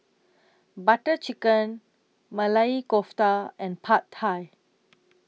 Butter Chicken Maili Kofta and Pad Thai